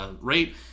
rate